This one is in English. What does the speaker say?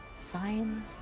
Fine